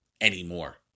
anymore